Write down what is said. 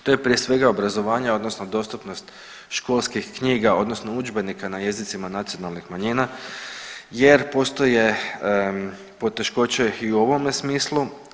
To je prije svega obrazovanje odnosno dostupnost školskih knjiga odnosno udžbenika na jezicima nacionalnih manjina jer postoje poteškoće i u ovome smislu.